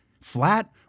Flat